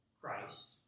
Christ